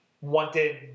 wanted